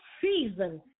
season